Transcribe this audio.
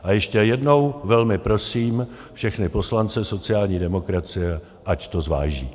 A ještě jednou velmi prosím všechny poslance sociální demokracie, ať to zváží.